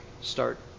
start